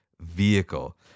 vehicle